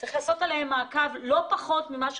והמעקב עליהם לא צריך להיות פחות ממעקב